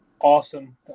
awesome